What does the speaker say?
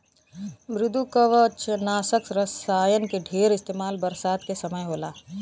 मृदुकवचनाशक रसायन के ढेर इस्तेमाल बरसात के समय होला